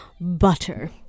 butter